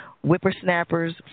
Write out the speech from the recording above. whippersnappers